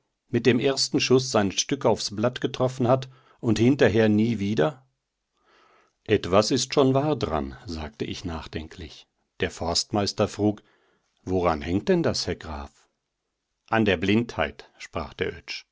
mit dem ersten schuß sein stück aufs blatt getroffen hat und hinterher nie wieder etwas ist schon wahr daran sagte ich nachdenklich der forstmeister frug woran hängt denn das herr graf an der blindheit sprach